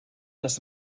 das